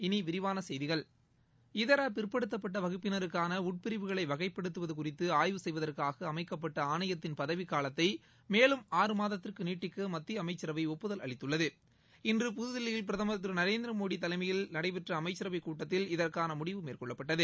இனி விரிவான செய்திகள் இதர பிற்படுத்தப்பட்ட வகுப்பினருக்கான உட்பிரிவுகளை வகைப்படுத்துவது குறித்து ஆய்வு செய்வதற்காக அமைக்கப்பட்ட ஆணையத்தின் பதவிகாலத்தை மேலும் ஆறு மாதத்திற்கு நீட்டிக்க மத்திய அமைச்சரவை ஒப்புதல் அளித்துள்ளது இன்று புதுதில்லியில் பிரதமர் திரு நரேந்திரமோடி தலைமையில் அமைக்கப்பட்ட அமைச்சரவைக் கூட்டத்தில் இதற்கான முடிவு மேற்கொள்ளப்பட்டது